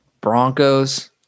Broncos